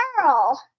girl